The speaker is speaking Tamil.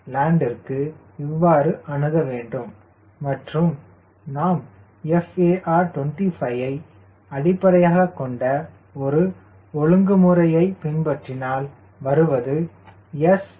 WSLandற்கு இவ்வாறு அணுக வேண்டும் மற்றும் நாம் FAR 25 ஐ அடிப்படையாகக் கொண்ட ஒரு ஒழுங்குமுறையை பின்பற்றினால் வருவது sland0